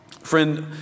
Friend